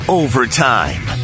overtime